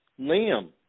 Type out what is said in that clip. Liam